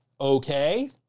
okay